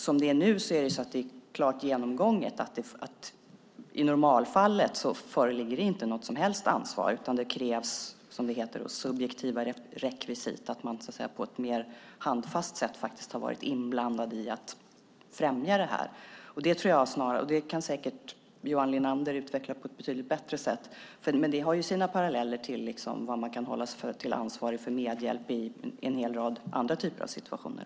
Som det är nu är det klart genomgånget att det i normalfallet inte föreligger något som helst ansvar, utan det krävs, som det heter, subjektiva rekvisit, att man på ett mer handfast sätt faktiskt har varit inblandad i att främja det här. Det kan säkert Johan Linander utveckla på ett betydligt bättre sätt. Men det har ju sina paralleller till när man kan hållas ansvarig för medhjälp i en hel rad andra typer av situationer.